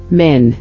men